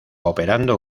operando